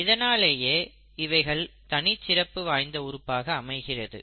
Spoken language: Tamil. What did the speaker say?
இதனாலேயே இவைகள் தனிச்சிறப்பு வாய்ந்த உறுப்பாக அமைகிறது